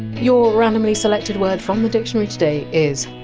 your randomly selected word from the dictionary today is!